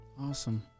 Awesome